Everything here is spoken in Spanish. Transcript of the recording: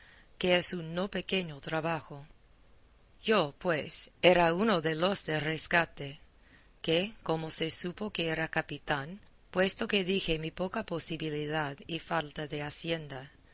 que es un no pequeño trabajo yo pues era uno de los de rescate que como se supo que era capitán puesto que dije mi poca posibilidad y falta de hacienda